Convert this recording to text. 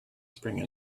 spring